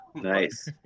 nice